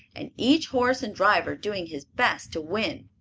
and each horse and driver doing his best to win.